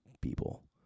people